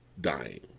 dying